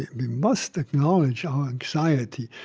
we must acknowledge our anxiety.